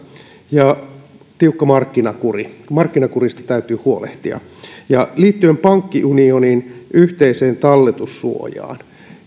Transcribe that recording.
ja täytyy olla tiukka markkinakuri markkinakurista täytyy huolehtia liittyen pankkiunioniin yhteiseen talletussuojaan